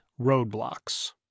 roadblocks